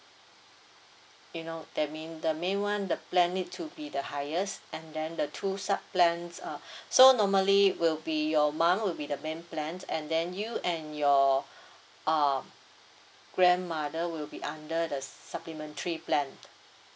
you know that mean the main [one] the plan need to be the highest and then the two sup plans uh so normally will be your mum will be the main plan and then you and your uh grandmother will be under the supplementary plan